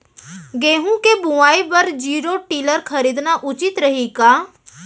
गेहूँ के बुवाई बर जीरो टिलर खरीदना उचित रही का?